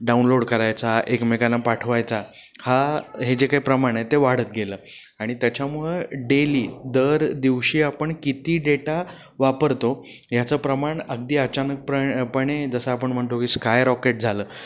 download करायचा एकमेकांना पाठवायचा हा हे जे काय प्रमाण आहे ते वाढत गेलं आणि त्याच्यामुळं डेली दर दिवशी आपण किती डेटा वापरतो ह्याचं प्रमाण अगदी अचानकप्र पणे जसं आपण म्हणतो की स्काय रॉकेट झालं